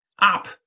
up